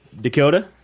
Dakota